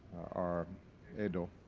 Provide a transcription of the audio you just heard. our edo,